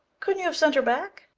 couldn't you have sent her back?